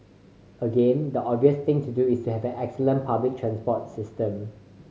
again the obvious thing to do is to have an excellent public transport system